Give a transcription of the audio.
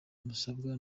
musabwa